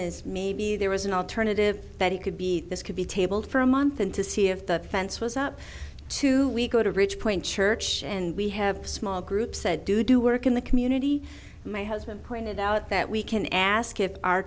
is maybe there was an alternative that it could be this could be tabled for a month and to see if the fence was up to we go to rich point church and we have a small group said do do work in the community my husband pointed out that we can ask if our